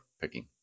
picking